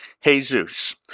Jesus